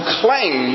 claim